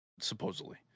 Supposedly